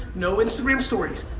no instagram stories.